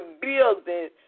building